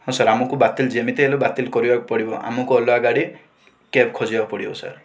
ହଁ ସାର୍ ଆମକୁ ବାତିଲ ଯେମିତି ହେଲେ ବାତିଲ କରିବାକୁ ପଡ଼ିବ ଆମକୁ ଅଲଗା ଗାଡ଼ି କ୍ୟାବ ଖୋଜିବାକୁ ପଡ଼ିବ ସାର୍